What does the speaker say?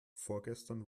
vorgestern